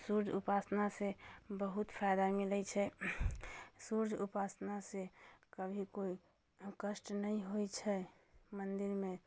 सूर्य उपासनासँ बहुत फायदा मिलै छै सूर्य उपासनासँ कभी कोइ कष्ट नहि होइ छै मन्दिरमे